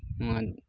ᱱᱚᱣᱟ